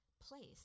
Place